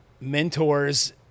mentors